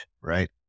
right